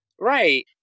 Right